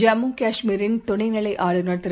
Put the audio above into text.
ஜம்முகாஷ்மீரின் துணைநிலைஆளுநர் திரு